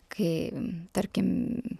kai tarkim